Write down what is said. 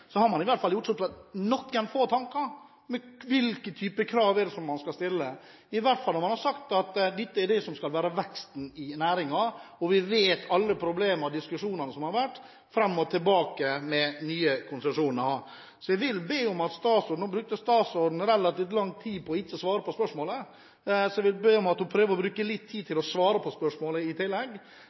hvert fall når man har sagt at dette skal være veksten i næringen, og vi vet om alle problemene og diskusjonene som har vært – fram og tilbake med nye konsesjoner. Nå brukte statsråden relativt lang tid på ikke å svare på spørsmålet, så jeg vil be om at hun bruker litt tid på å svare på spørsmålet i tillegg.